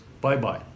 Bye-bye